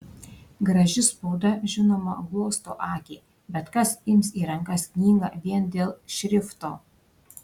graži spauda žinoma glosto akį bet kas ims į rankas knygą vien dėl šrifto